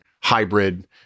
hybrid